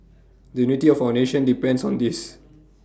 the unity of our nation depends on this